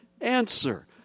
answer